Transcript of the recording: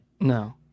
no